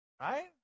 right